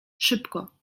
szybko